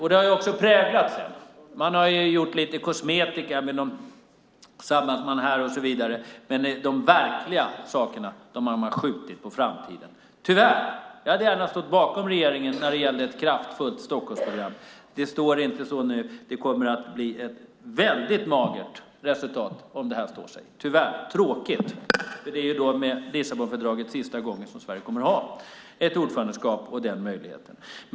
Det har också präglat resten. Man har använt lite kosmetika som att man samlas här och så vidare, men de verkliga sakerna har man skjutit på framtiden, tyvärr. Jag hade gärna stått bakom regeringen när det gällde ett kraftfullt Stockholmsprogram. Det står inte så nu. Det kommer att bli ett väldigt magert resultat om det här står sig, tyvärr. Tråkigt! I och med Lissabonfördraget är det ju sista gången som Sverige kommer att ha ett ordförandeskap och den möjligheten.